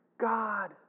God